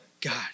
God